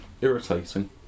irritating